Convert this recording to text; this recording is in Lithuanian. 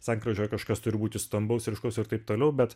sankryžoje kažkas turi būti stambaus ryškaus ir taip toliau bet